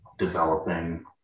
developing